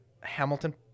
Hamilton